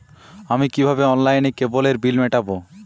আমি কিভাবে অনলাইনে কেবলের বিল মেটাবো?